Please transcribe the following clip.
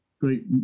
great